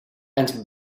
and